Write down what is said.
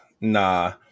Nah